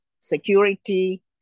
security